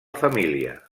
família